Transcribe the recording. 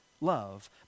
love